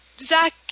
Zach